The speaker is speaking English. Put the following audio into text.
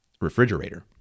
refrigerator